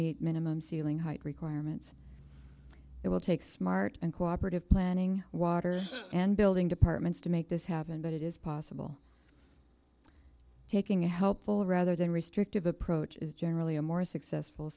meet minimum ceiling height requirements it will take smart and cooperative planning water and building departments to make this happen but it is possible taking a helpful rather than restrictive approach is generally a more successful